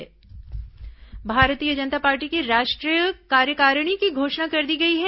भाजपा कार्यकारिणी भारतीय जनता पार्टी की राष्ट्रीय कार्यकारिणी की घोषणा कर दी गई है